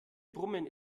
brummen